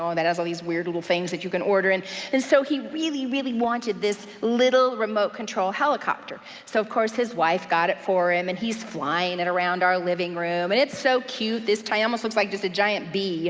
that has all these weird little things that you can order, and and so he really, really wanted this little remote control helicopter. so, of course his wife got it for him, and he's flying it around our living room, and it's so cute. this toy almost looks like just giant bee. you